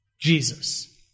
Jesus